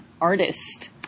artist